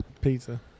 Pizza